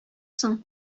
соң